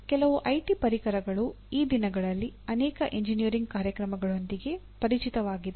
ಕೆಲವು ಐಟಿ ಪರಿಕರಗಳು ಈ ದಿನಗಳಲ್ಲಿ ಅನೇಕ ಎಂಜಿನಿಯರಿಂಗ್ ಕಾರ್ಯಕ್ರಮಗಳೊಂದಿಗೆ ಪರಿಚಿತವಾಗಿವೆ